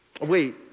Wait